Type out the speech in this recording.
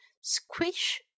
squish